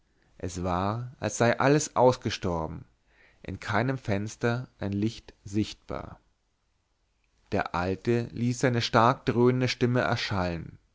es war als sei alles ausgestorben in keinem fenster ein licht sichtbar der alte ließ seine starke dröhnende stimme erschallen